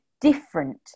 different